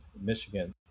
Michigan